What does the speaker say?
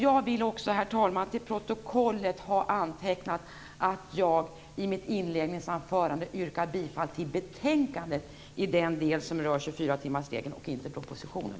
Jag vill också, herr talman, till protokollet ha antecknat att jag i mitt inledningsanförande yrkar bifall till betänkandet i den del som rör 24-timmarsregeln, och inte till propositionen.